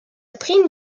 prime